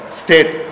state